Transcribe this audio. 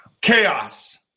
chaos